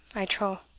i trow.